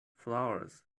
flowers